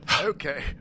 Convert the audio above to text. Okay